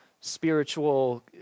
spiritual